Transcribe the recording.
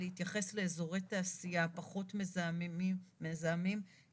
להתייחס לאזורי תעשייה פחות מזהמים כפקטור